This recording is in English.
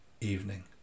evening